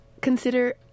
consider